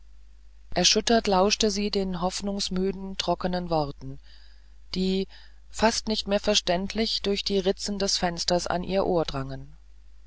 erschüttert lauschte sie den hoffnungsmüden stockenden worten die fast nicht mehr verständlich durch die ritzen des fensters an ihr ohr drangen